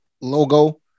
logo